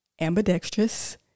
ambidextrous